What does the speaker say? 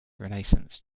renaissance